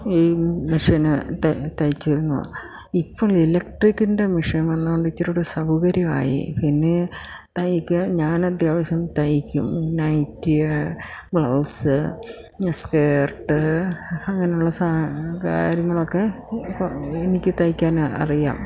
ഈ മെഷിന് തയ്ച്ചിരുന്നു ഇപ്പോൾ ഇലക്ട്രിക്കിൻ്റെ മെഷിൻ വന്നതുകൊണ്ടിച്ചിരികൂടി സൗകര്യമായി പിന്നെ തയ്ക്ക് ഞാൻ അത്യാവശ്യം തയ്ക്കും നൈറ്റിയ് ബ്ലൗസ് സ്കേർട്ട് അങ്ങനെയുള്ള കാര്യങ്ങളൊക്കെ ഇപ്പം എനിക്ക് തയ്ക്കാൻ അറിയാം